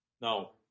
No